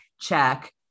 check